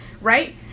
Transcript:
right